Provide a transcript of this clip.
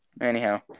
Anyhow